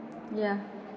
ya